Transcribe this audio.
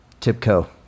Tipco